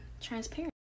transparent